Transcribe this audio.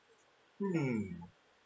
um